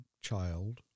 child